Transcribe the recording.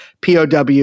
POW